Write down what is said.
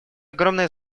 огромное